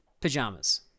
pajamas